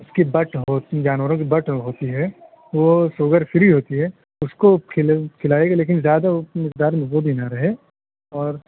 اس کی بٹ ہوتی ہے جانوروں کی بٹ ہوتی ہے وہ شوگر فری ہوتی ہے اس کو کھل کھلائیے گا لیکن زیادہ مقدار میں وہ بھی نہ رہے اور